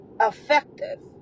Effective